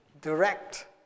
direct